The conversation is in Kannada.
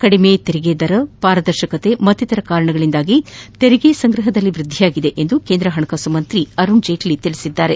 ಕಡಿಮೆ ತೆರಿಗೆ ದರ ಪಾರದರ್ಶಕತೆ ಮತ್ತಿತರ ಕಾರಣಗಳಿಂದ ತೆರಿಗೆ ಸಂಗ್ರಹದಲ್ಲಿ ವೃದ್ದಿಯಾಗಿದೆ ಎಂದು ಕೇಂದ್ರ ಹಣಕಾಸು ಸಚಿವ ಅರುಣ್ ಜೇಟ್ಲಿ ಹೇಳಿದ್ದಾರೆ